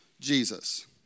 Jesus